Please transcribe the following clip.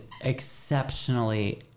exceptionally